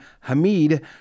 Hamid